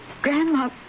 Grandma